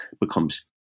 becomes